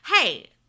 Hey